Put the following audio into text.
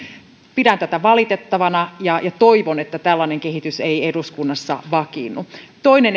pidän tätä valitettavana ja toivon että tällainen kehitys ei eduskunnassa vakiinnu toinen